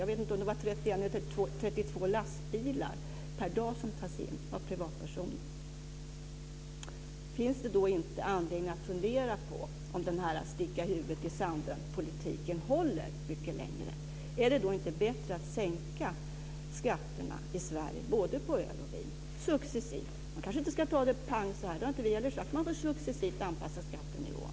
Jag vet inte om det är 31 Finns det då inte anledning att fundera på om den här sticka-huvudet-i-sanden-politiken håller mycket längre? Är det inte bättre att successivt sänka skatterna i Sverige både på öl och på vin. Man kanske inte ska göra det så där direkt - det har inte vi heller sagt - utan man får successivt anpassa skattenivån.